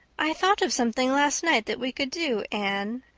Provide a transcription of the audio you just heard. i thought of something last night that we could do, anne.